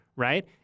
Right